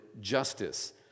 justice